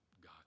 God